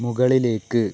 മുകളിലേക്ക്